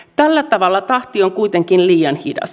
tällä tavalla tahti on kuitenkin liian hidas